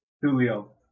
Julio